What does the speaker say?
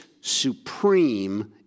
supreme